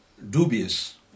dubious